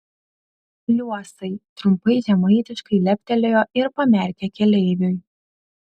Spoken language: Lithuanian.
liuosai trumpai žemaitiškai leptelėjo ir pamerkė keleiviui